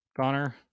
Connor